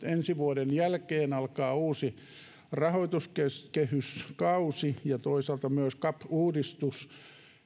ensi vuoden jälkeen alkaa uusi rahoituskehyskausi ja toisaalta myös cap uudistus